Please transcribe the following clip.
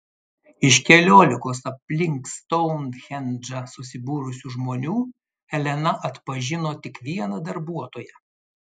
iš keliolikos aplink stounhendžą susibūrusių žmonių elena atpažino tik vieną darbuotoją